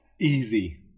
easy